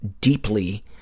deeply